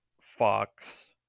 fox